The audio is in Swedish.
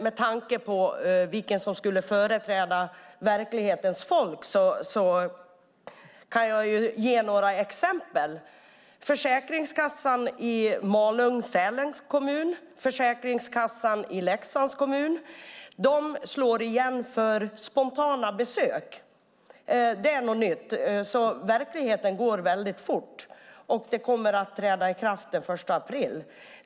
Med tanke på vem som ska företräda verklighetens folk kan jag ge några exempel. Försäkringskassan i Malung-Sälens kommun och i Leksands kommun slår igen för spontana besök. Det är något nytt; verkligheten går fort. Detta kommer att träda i kraft den 1 april.